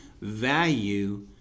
value